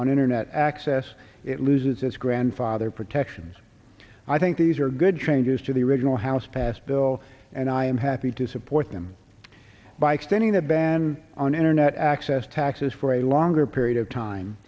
on internet access it loses its grandfather protections i think these are good changes to the original house passed bill and i am happy to support them by extending a ban on internet access taxes for a longer period of time